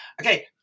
okay